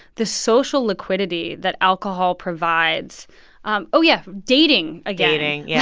this social liquidity that alcohol provides um oh, yeah. dating, again dating. yeah